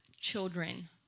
children